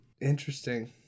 Interesting